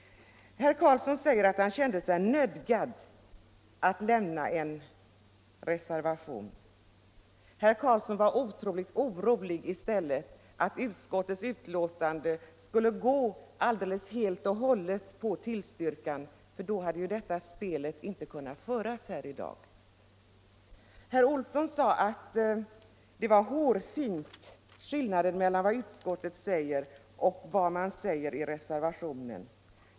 Herr Carlsson i Vikmanshyttan sade att han kände sig nödgad att lämna en reservation, men herr Carlsson var i stället otroligt orolig för att hemställan i utskottets betänkande helt och hållet skulle gå ut på tillstyrkan —- då hade nämligen detta spel inte kunnat föras här i dag! Herr Olsson i Stockholm sade att skillnaden mellan vad utskottet anför och vad som sägs i reservationen är hårfin.